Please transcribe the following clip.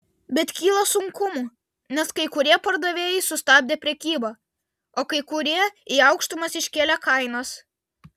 bet kyla sunkumų nes kai kurie pardavėjai sustabdė prekybą o kai kurie į aukštumas iškėlė kainas